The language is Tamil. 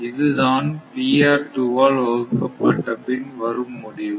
இதுதான் ஆல் வகுக்கப்பட்ட பின் வரும் முடிவு